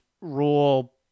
rule